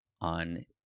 on